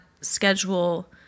schedule